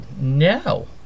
no